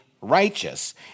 righteous